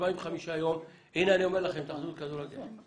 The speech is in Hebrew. פונה להתאחדות לכדורגל,